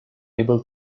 able